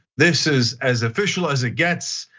this is as official as it gets.